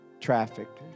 trafficked